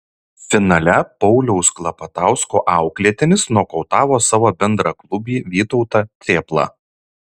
finale pauliaus klapatausko auklėtinis nokautavo savo bendraklubį vytautą cėplą